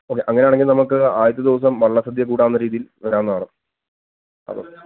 okay അങ്ങനെ ആണെങ്കിൽ നമുക്ക് ആദ്യത്തെ ദിവസം വള്ളസദ്യ കൂടാവുന്ന രീതിയിൽ വരാവുന്നതാണ് അപ്പം